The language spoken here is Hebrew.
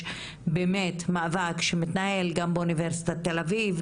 באמת מאבק שמתנהל גם באוניברסיטת תל אביב,